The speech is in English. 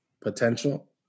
potential